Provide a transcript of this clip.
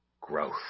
growth